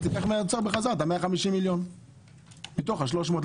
אז תיקח מהאוצר בחזרה את 150 המיליון מתוך ה-300.